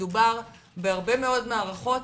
מדובר בהרבה מאוד מערכות